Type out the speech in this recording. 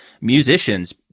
Musicians